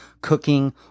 cooking